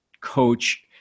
coach